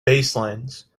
baselines